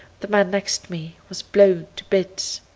the man next me was blowed to bits.